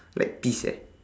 like peas eh